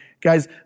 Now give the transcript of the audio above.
Guys